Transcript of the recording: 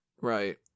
Right